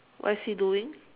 what is he doing